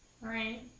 Right